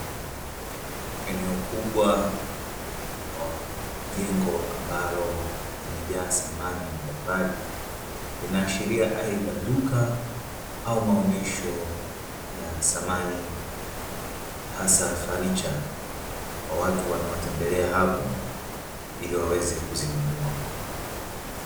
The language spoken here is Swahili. Eneo kubwa la jengo ambalo limejaa samani mbalimbali, linaashiria aidha duka au maonesho ya samani hasa fanicha, kwa watu waaotembelea hapo ili waweze kuzinunua.